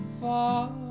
far